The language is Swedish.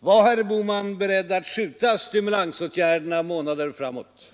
var herr Bohman beredd att skjuta stimulansåtgärderna månader framåt.